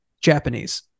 Japanese